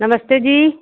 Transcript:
नमस्ते जी